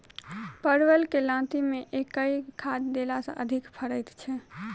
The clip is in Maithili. परवल केँ लाती मे केँ खाद्य देला सँ अधिक फरैत छै?